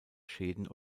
schäden